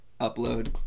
upload